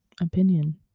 opinion